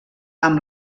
amb